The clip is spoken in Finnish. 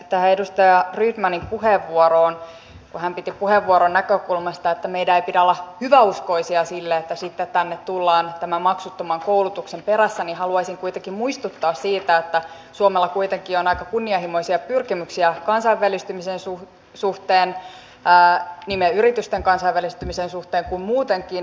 tähän edustaja rydmanin puheenvuoroon liittyen kun hän käytti puheenvuoron siitä näkökulmasta että meidän ei pidä olla hyväuskoisia siinä että sitten tänne tullaan tämän maksuttoman koulutuksen perässä haluaisin kuitenkin muistuttaa siitä että suomella on kuitenkin aika kunnianhimoisia pyrkimyksiä kansainvälistymisen suhteen niin meidän yritystemme kansainvälistymisen suhteen kuin muutenkin